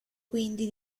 quindi